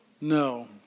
no